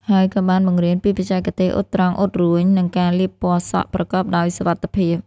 ហើយក៏បានបង្រៀនពីបច្ចេកទេសអ៊ុតត្រង់ អ៊ុតរួញ និងការលាបពណ៌សក់ប្រកបដោយសុវត្ថិភាព។